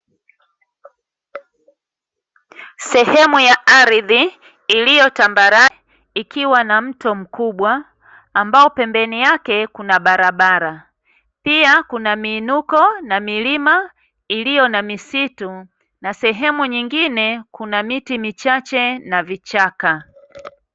Sehemu ya aridhi iliyo tambarale ikiwa na mto mkubwa ambao pembeni yake kuna barabara, pia kuna miinuko na milima iliyo na misitu na sehemu nyingine kuna miti michache na vichaka.